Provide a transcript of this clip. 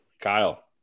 kyle